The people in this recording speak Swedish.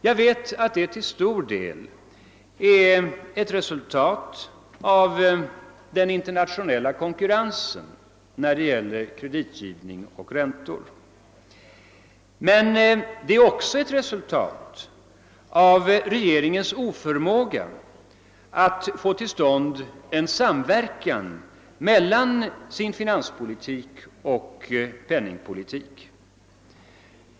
Jag vet att det till stor del är ett resultat av den internationella konkurrensen när det gäller kreditgivning och räntor. Men det är också ett resultat av regeringens oförmåga att få till stånd en samverkan mellan sin finanspolitik och sin penningpolitik.